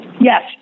Yes